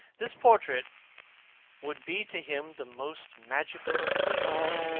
this portrait would be to him the most magical of mirrors.